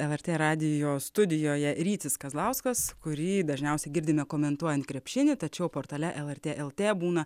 lrt radijo studijoje rytis kazlauskas kurį dažniausiai girdime komentuojant krepšinį tačiau portale lrt lt būna